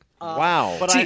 Wow